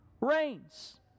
reigns